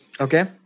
Okay